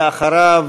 ואחריו,